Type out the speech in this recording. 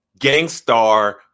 Gangstar